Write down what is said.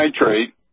nitrate